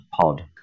pod